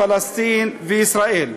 פלסטין וישראל.